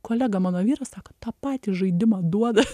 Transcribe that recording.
kolega mano vyras sako tą patį žaidimą duoda